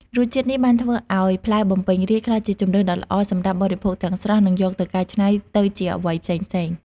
រសជាតិនេះបានធ្វើឱ្យផ្លែបំពេញរាជ្យក្លាយជាជម្រើសដ៏ល្អសម្រាប់បរិភោគទាំងស្រស់ និងយកទៅកែច្នៃទៅជាអ្វីផ្សេងៗ។